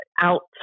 out